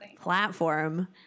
platform